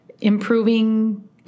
improving